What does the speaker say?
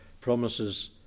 promises